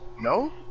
No